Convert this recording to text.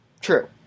True